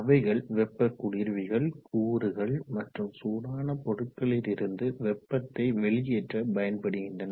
அவைகள் வெப்ப குளிர்விகள் கூறுகள் மற்றும் சூடான பொருட்களில் இருந்து வெப்பத்தை வெளியேற்ற பயன்படுகின்றன